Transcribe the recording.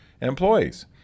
employees